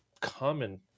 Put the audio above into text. common